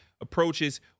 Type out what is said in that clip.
approaches